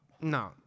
No